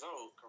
old